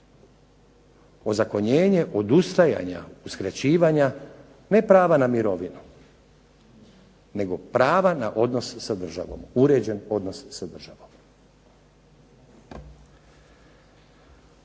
Ozakonjenje odustajanja uskraćivanja ne prava na mirovinu, nego pravo na odnose sa državom, uređene odnose sa državom.